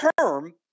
term